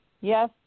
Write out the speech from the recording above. yes